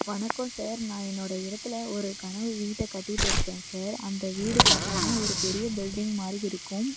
வணக்கம் சார் நான் என்னோடய இடத்தில் ஒரு கனவு வீட்டை கட்டிகிட்டு இருக்கேன் சார் அந்த வீடு பார்த்தீங்கன்னா ஒரு பெரிய பில்டிங் மாதிரி இருக்கும்